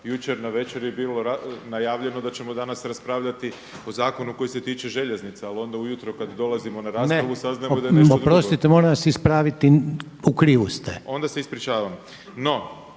jučer navečer je bilo najavljeno da ćemo danas raspravljati o zakonu koji se tiče željeznica. Ali onda ujutro kada dolazimo na raspravu saznajemo da …… /Upadica Reiner: Ne. Oprostite, moram vas ispraviti. U krivu ste./… Onda se ispričavam.